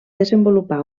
desenvolupar